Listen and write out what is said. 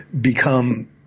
become